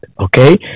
okay